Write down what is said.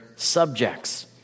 subjects